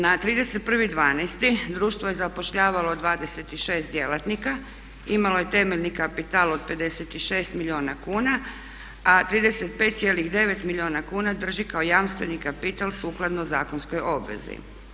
Na 31.12. društvo je zapošljavalo 26 djelatnika i imalo je temeljni kapital od 56 milijuna kuna, a 35,9 milijuna kuna drži kao jamstveni kapital sukladno zakonskoj obvezi.